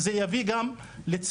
אני גם מחבר את זה לביטוי של משילות,